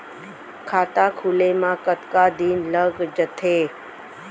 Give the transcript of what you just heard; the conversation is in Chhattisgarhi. खाता खुले में कतका दिन लग जथे?